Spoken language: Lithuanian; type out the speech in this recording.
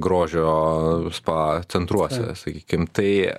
grožio spa centruose sakykim tai